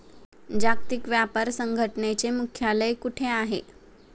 जागतिक व्यापार संघटनेचे मुख्यालय कुठे आहे?